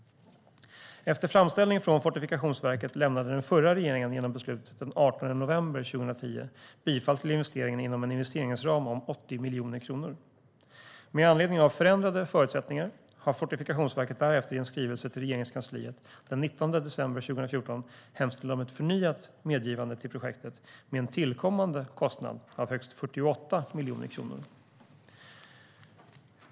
Efter framställning från Fortifikationsverket lämnade den förra regeringen genom beslut den 18 november 2010 bifall till investeringen inom en investeringsram om 80 miljoner kronor. Med anledning av förändrade förutsättningar har Fortifikationsverket därefter i en skrivelse till Regeringskansliet den 19 december 2014 hemställt om ett förnyat medgivande till projektet med en tillkommande kostnad av högst 48 miljoner kronor.